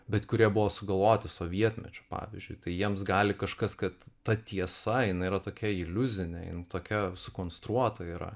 bet kurie buvo sugalvoti sovietmečiu pavyzdžiui tai jiems gali kažkas kad ta tiesa jinai yra tokia iliuzinė jin tokia sukonstruota yra